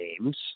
names